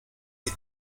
die